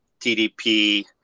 TDP